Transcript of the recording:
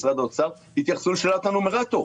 משרד האוצר יתייחסו לשאלת הנומרטור.